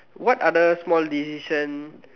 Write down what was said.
what other small decision